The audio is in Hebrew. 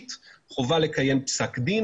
חוקית לקיים פסק דין,